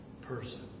person